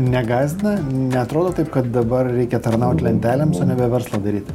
negąsdina neatrodo taip kad dabar reikia tarnaut lentelėms o nebe verslą daryti